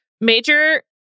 Major